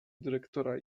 dyrektora